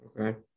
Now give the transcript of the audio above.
Okay